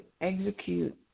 execute